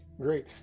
Great